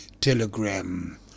Telegram